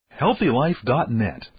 HealthyLife.net